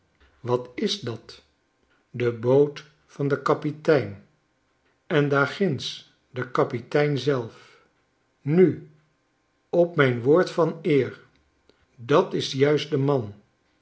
wat is dat de boot van den kapitein en daar ginds de kapitein zelf nu op mijn woord van eer dat is juist de man